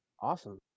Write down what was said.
Awesome